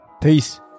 Peace